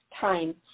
time